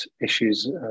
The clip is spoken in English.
issues